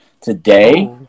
today